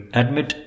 admit